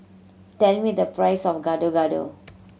tell me the price of Gado Gado